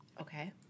Okay